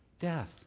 death